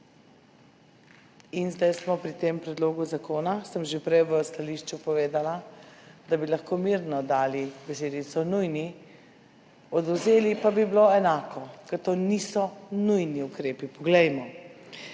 Zdaj smo pri tem predlogu zakona, sem že prej v stališču povedala, da bi lahko mirno besedico nujni odvzeli in bi bilo enako, ker to niso nujni ukrepi. Poglejmo.